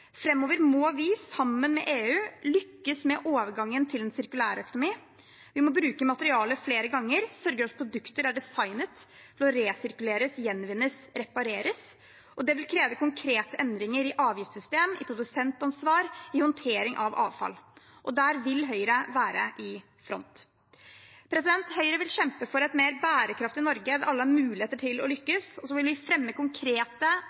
må vi, sammen med EU, lykkes med overgangen til en sirkulærøkonomi. Vi må bruke materiale flere ganger, sørge for at produkter er designet for å resirkuleres, gjenvinnes og repareres. Det vil kreve konkrete endringer i avgiftssystemer, i produsentansvar og i håndtering av avfall. Der vil Høyre være i front. Høyre vil kjempe for et mer bærekraftig Norge der alle har mulighet til å lykkes. Vi vil fremme konkrete,